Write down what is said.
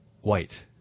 white